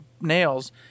nails